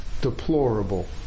deplorable